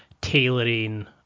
tailoring